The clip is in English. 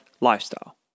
lifestyle